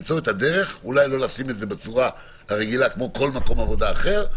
למצוא את הדרך אולי לא לשים את זה בצורה הרגילה כמו כל מקום עבודה אחר,